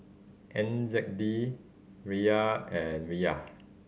N Z D Riyal and Riyal